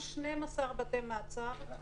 עושים תיאום עם בתי המשפט כדי שזה יהיה בטיחותי,